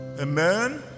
Amen